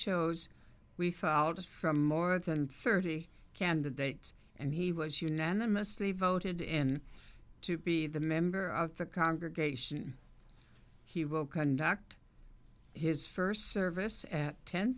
chose we felt from more than thirty candidates and he was unanimously voted in to be the member of the congregation he will conduct his first service at ten